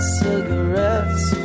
cigarettes